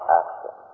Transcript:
action